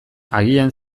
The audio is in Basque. agian